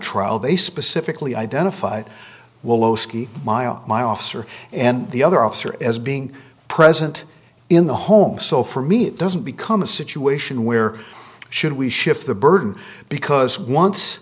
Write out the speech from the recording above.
trial they specifically identified willow ski mile my officer and the other officer as being present in the home so for me it doesn't become a situation where should we shift the burden because once